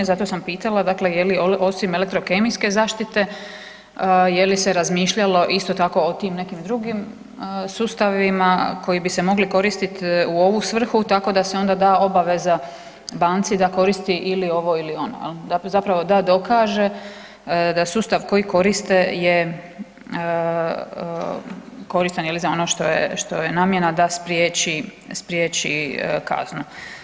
Zato sam pitala dakle je li osim elektrokemijske zaštite je li se razmišljalo isto tako o tim nekim drugim sustavima koji bi se mogli koristiti u ovu svrhu tako da se onda da obaveza banci da koristi ili ovo ili ono jel, zapravo da dokaže da sustav koji koriste je koristan za ono što je namjena da spriječi, spriječi kaznu.